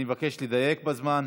אני מבקש לדייק בזמן.